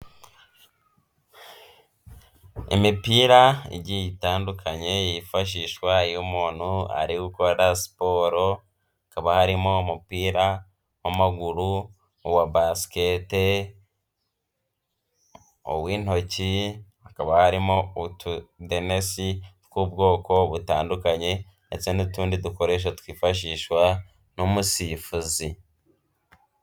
Imipira igiye itandukanye yifashishwa iyo umuntu ari gukora siporo, hakaba harimo umupira w'amaguru, uwa basikete, uw'intoki, hakaba harimo utudenesi tw'ubwoko butandukanye ndetse n'utundi dukoresho twifashishwa n'umusifuzi.